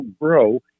grow